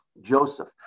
Joseph